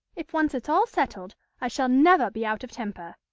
if once it's all settled i shall never be out of temper.